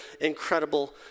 incredible